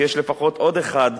כי יש לפחות עוד אחד,